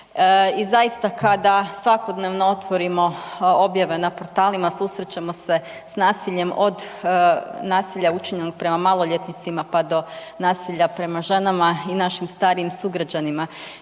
i zaista kada svakodnevno otvorimo objave na portalima susrećemo se s nasiljem od nasilja učinjenog prema maloljetnicima pa do nasilja prema ženama i našim starijim sugrađanima.